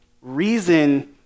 Reason